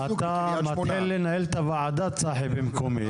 צחי, לא, אתה מתחיל לנהל את הוועדה במקומי.